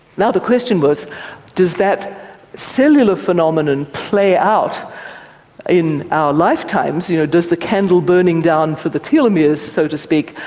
now the question was does that cellular phenomenon play out in our lifetimes? you know, does the candle burning down for the telomeres, so to speak,